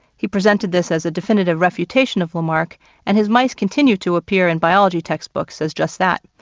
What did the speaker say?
he presented this as a definitive refutation of lamarck and his mice continue to appear in biology textbooks as just that.